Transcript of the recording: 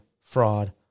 fraud